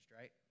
right